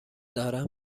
دارم